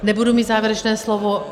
Nebudu mít závěrečné slovo.